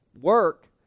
Work